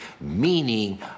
Meaning